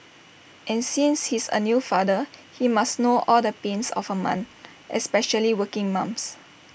and since he's A new father he must know all the pains of A mum especially working mums